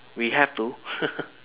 we have to